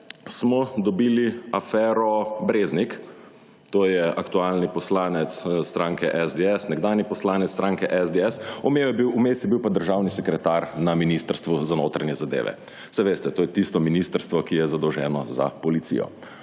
smo dobili afero Breznik, to je aktualni poslanec stranke SDS, nekdanji poslanec stranke SDS, vmes je bil pa državni sekretar na Ministrstvu za notranje zadeve. Saj veste, to je tisto ministrstvo, ki je zadolženo za policijo.